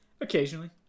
occasionally